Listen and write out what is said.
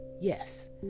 Yes